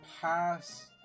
pass